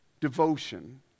devotion